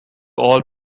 all